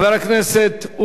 איננו,